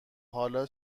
حالا